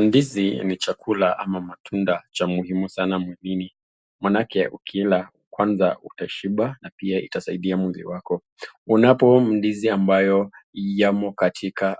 Ndizi ni chakula ama matunda cha muhimu sana mwilini. Maanake ukila kwanza utashiba na pia itasaidia mwili wako. Unapo ndizi ambayo yamo katika